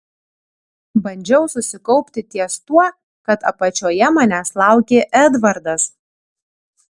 bandžiau susikaupti ties tuo kad apačioje manęs laukė edvardas